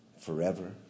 forever